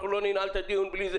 אנחנו לא ננעל את הדיון בלי זה,